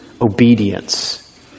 obedience